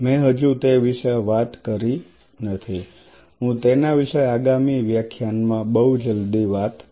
મેં હજુ તે વિશે વાત કરી નથી કે હું તેના વિશે આગામી વ્યાખ્યાન માં બહુ જલ્દી વાત કરીશ